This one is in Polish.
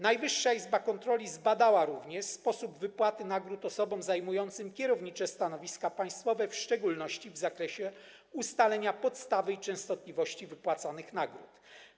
Najwyższa Izba Kontroli zbadała również sposób wypłaty nagród osobom zajmującym kierownicze stanowiska państwowe, w szczególności w zakresie ustalenia podstawy i częstotliwości wypłacanych nagród.